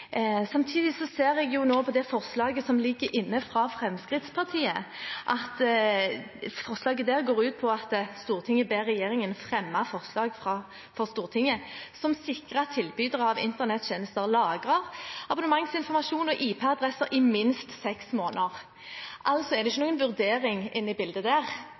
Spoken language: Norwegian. Samtidig ser jeg i forslaget som ligger inne fra Fremskrittspartiet, at det står: «Stortinget ber regjeringen fremme forslag for Stortinget som sikrer at tilbydere av internettjenester lagrer abonnementsinformasjon og IP-adresser i minst seks måneder.» Det er altså ingen vurdering inne i bildet der.